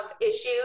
issues